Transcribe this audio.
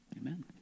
Amen